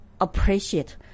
appreciate